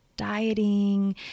Dieting